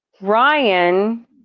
Ryan